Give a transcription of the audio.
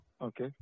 Okay